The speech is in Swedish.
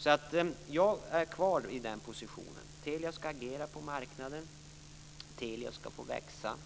Jag är alltså kvar i min position. Telia skall agera på marknaden. Telia skall få växa.